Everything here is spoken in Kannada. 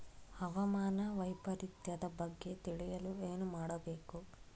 ಹವಾಮಾನ ವೈಪರಿತ್ಯದ ಬಗ್ಗೆ ತಿಳಿಯಲು ಏನು ಮಾಡಬೇಕು?